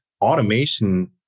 automation